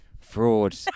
fraud